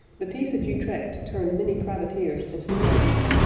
the peace of utrecht turned many privateers into pirates,